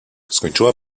skończyła